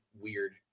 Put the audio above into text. weird